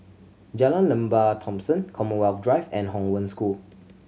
Jalan Lembah Thomson Commonwealth Drive and Hong Wen School